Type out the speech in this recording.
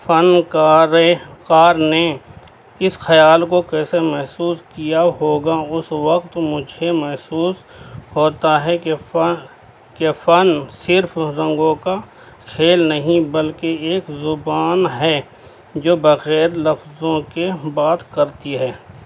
فن کار کار نے اس خیال کو کیسے محسوس کیا ہوگا اس وقت مجھے محسوس ہوتا ہے کہ کہ فن صرف رنگوں کا کھیل نہیں بلکہ ایک زبان ہے جو بغیر لفظوں کے بات کرتی ہے